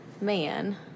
Man